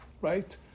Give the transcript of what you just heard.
right